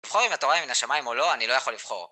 לבחור אם אתה אוהב את השמיים או לא, אני לא יכול לבחור